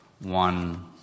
one